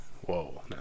Whoa